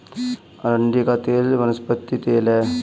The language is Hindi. अरंडी का तेल वनस्पति तेल है